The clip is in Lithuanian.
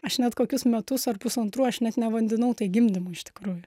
aš net kokius metus ar pusantrų aš net nevadinau tai gimdymui iš tikrųjų